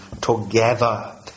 together